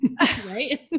Right